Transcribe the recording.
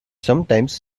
sometimes